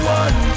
one